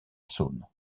saône